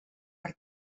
per